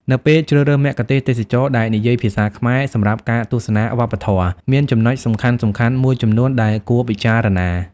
នៅពេលជ្រើសរើសមគ្គុទ្ទេសក៍ទេសចរណ៍ដែលនិយាយភាសាខ្មែរសម្រាប់ការទស្សនាវប្បធម៌ មានចំណុចសំខាន់ៗមួយចំនួនដែលគួរពិចារណា។